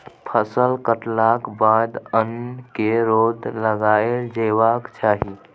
फसल कटलाक बाद अन्न केँ रौद लगाएल जेबाक चाही